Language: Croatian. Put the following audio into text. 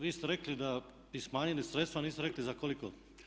Vi ste rekli da bi smanjili sredstva, a niste rekli za koliko.